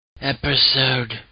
episode